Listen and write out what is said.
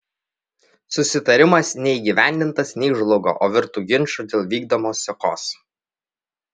susitarimas nei įgyvendintas nei žlugo o virto ginču dėl vykdymo sekos